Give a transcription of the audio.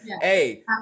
hey